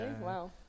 Wow